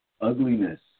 ugliness